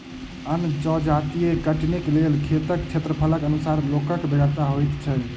अन्न जजाति कटनीक लेल खेतक क्षेत्रफलक अनुसार लोकक बेगरता होइत छै